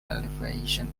elevation